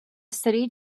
city